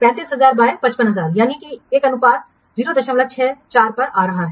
35000 by 55000 यानी एक अनुपात 064 पर आ रहा है